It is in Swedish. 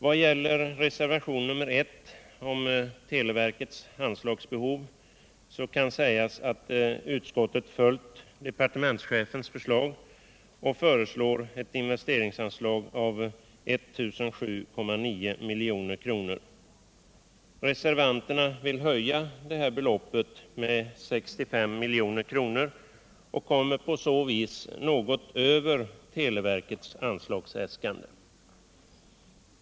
Beträffande reservationen 1 om televerkets anslagsbehov kan man säga att utskottet följt departementschefen och föreslagit ett investeringsanslag på 1007 900 000 kr. Reservanterna vill höja detta belopp med 65 milj.kr. och kommer på så vis något över televerkets anslagsäskande.